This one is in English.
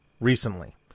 recently